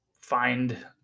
find